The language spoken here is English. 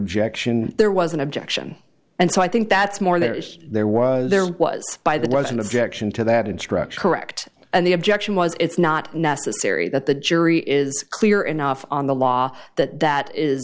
objection there was an objection and so i think that's more there is there was there was by that was an objection to that instruction or act and the objection was it's not necessary that the jury is clear enough on the law that that is